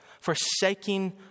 forsaking